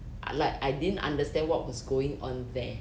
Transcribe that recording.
I like I didn't understand what was going on there